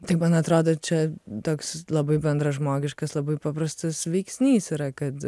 tai man atrodo čia toks labai bendražmogiškas labai paprastas veiksnys yra kad